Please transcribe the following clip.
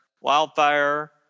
Wildfire